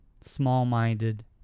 small-minded